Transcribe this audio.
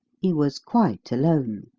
he was quite alone.